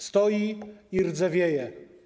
Stoi i rdzewieje.